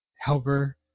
helper